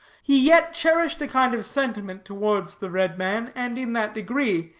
he yet cherished a kind of sentiment towards the red man, and in that degree,